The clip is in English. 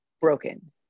broken